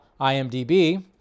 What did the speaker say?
IMDb